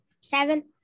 Seven